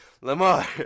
Lamar